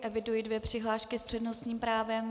Eviduji dvě přihlášky s přednostním právem.